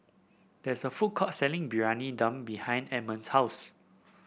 there is a food court selling Briyani Dum behind Edmond's house